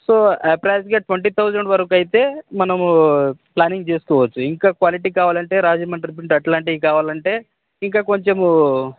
so అప్రాక్సీమేట్గా twenty thousand వరకైతే మనము ప్లానింగ్ చేసుకోవచ్చు ఇంకా క్వాలిటీ కావాలంటే రాజమండ్రి పింట్ అలాంటివి కావాలంటే ఇంకా కొంచెం